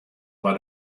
war